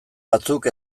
batzuk